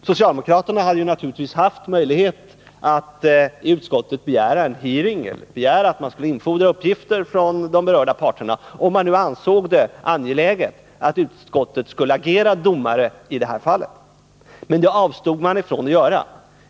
Socialdemokraterna har naturligtvis haft möjlighet att i utskottet begära en hearing eller att låta infordra uppgifter från de berörda parterna, om det nu ansågs vara angeläget att utskottet skulle agera domare i det här fallet. Det avstod man emellertid från att göra.